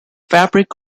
fabric